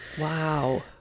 Wow